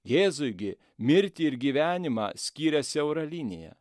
jėzui gi mirtį ir gyvenimą skyrė siaura linija